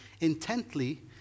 intently